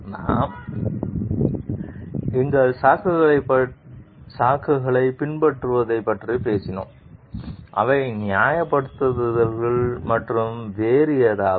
நாம் எங்கள் சாக்குப்போக்குகளைப் பின்பற்றுவதைப் பற்றிப் பேசினோம் அவை நியாயப்படுத்துதல்கள் மற்றும் வேறு ஏதாவது